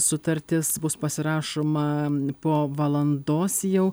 sutartis bus pasirašoma po valandos jau